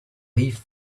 leafed